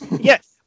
Yes